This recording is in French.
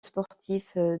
sportif